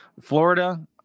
Florida